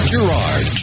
Gerard